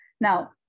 Now